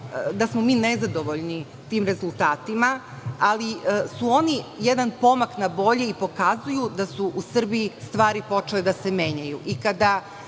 da smo nezadovoljni tim rezultatima, ali oni su jedan pomak na bolje i pokazuju da su u Srbiji počele stvari da se menjaju.